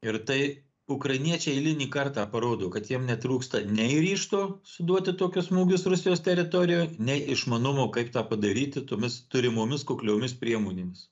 ir tai ukrainiečiai eilinį kartą parodo kad jiem netrūksta nei ryžto suduoti tokius smūgius rusijos teritorijo nei išmanumo kaip tą padaryti tomis turimomis kukliomis priemonėmis